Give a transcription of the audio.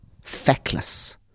feckless